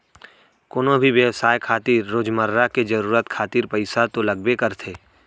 कोनो भी बेवसाय खातिर रोजमर्रा के जरुरत खातिर पइसा तो लगबे करथे